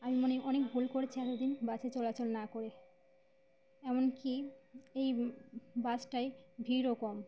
আমি মনে অনেক ভুল করেছি এত দিন বাসে চলাচল না করে এমনকি এই বাসটায় ভিড়ও কম